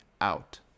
Out